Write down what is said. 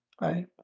Right